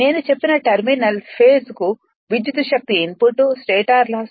నేను చెప్పిన terminal phase కు విద్యుత్ శక్తి ఇన్పుట్ స్టేటర్ లాస్